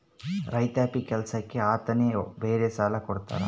ರೈತಾಪಿ ಕೆಲ್ಸಕ್ಕೆ ಅಂತಾನೆ ಬೇರೆ ಸಾಲ ಕೊಡ್ತಾರ